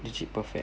legit perfect